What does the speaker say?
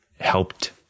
helped